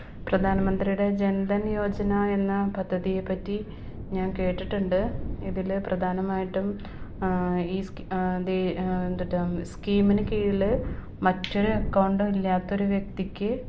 പ്രധാനമന്ത്രിയുടെ ജൻ ധൻ യോജന എന്ന പദ്ധതിയെ പറ്റി ഞാൻ കേട്ടിട്ടുണ്ട് ഇതിൽ പ്രധാനമായിട്ടും ഈ എന്തൂട്ടാ സ്കീമിന് കീഴിൽ മറ്റൊരു അക്കൗണ്ട് ഇല്ലാത്തൊരു വ്യക്തിക്ക്